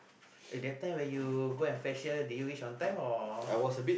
eh that time when you go and fetch her did you reach on time or